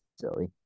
silly